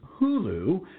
Hulu